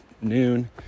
noon